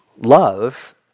love